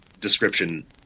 description